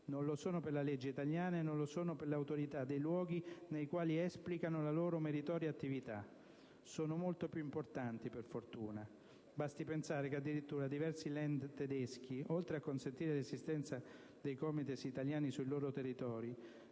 non lo sono per la legge italiana e non lo sono per le autorità dei luoghi nei quali esplicano la loro meritoria attività. Sono molto più importanti, per fortuna! Basti pensare che, addirittura, diversi Laender tedeschi, oltre a consentire l'esistenza dei COMITES italiani sul loro territorio,